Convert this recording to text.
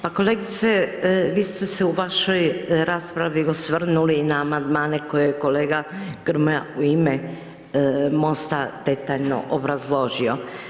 Pa kolegice, vi ste se u vašoj raspravi osvrnuli na Amandmane koje je kolega Grmoja u ime MOST-a detaljno obrazložio.